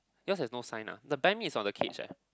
yours has no sign ah the buy me is on the cage ah